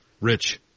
Rich